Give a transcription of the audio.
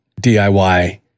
DIY